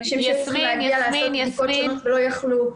אנשים שהיו צריכים לעשות בדיקות שונות ולא יכלו.